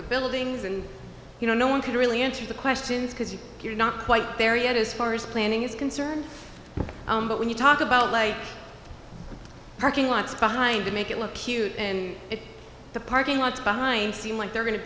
the buildings and you know no one could really answer the questions because you are not quite there yet as far as planning is concerned but when you talk about later parking lots behind to make it look cute and if the parking lot behind seem like they're going to